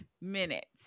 minutes